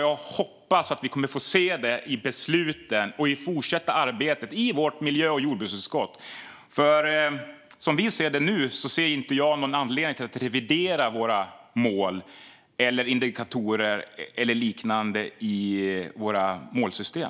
Jag hoppas att vi kommer att få se den i besluten och i det fortsätta arbetet i vårt miljö och jordbruksutskott, för i det vi ser nu ser inte jag någon anledning att revidera våra mål eller indikatorer eller liknande i våra målsystem.